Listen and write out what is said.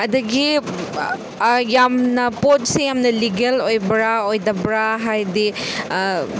ꯑꯗꯒꯤ ꯌꯥꯝꯅ ꯄꯣꯠꯁꯦ ꯌꯥꯝꯅ ꯂꯤꯒꯦꯜ ꯑꯣꯏꯕ꯭ꯔꯥ ꯑꯣꯏꯗꯕ꯭ꯔꯥ ꯍꯥꯏꯗꯤ